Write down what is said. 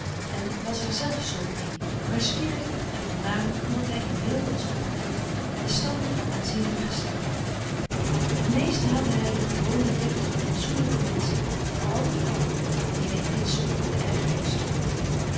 en was er zelf zulk een maar zwieriger en voornamer omdat hij in weelde was opgevoed en stamde van aanzienlijk geslacht t meest haatte hij de gewone deftige fatsoenlijke menschen vooral de vrouwen die hij in dit soort het ergerlijkst vond